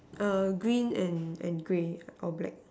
err green and and grey or black